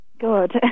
Good